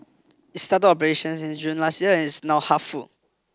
it started operations in June last year and is now half full